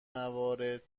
موارد